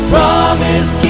Promise